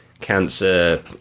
cancer